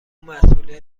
مسئولیت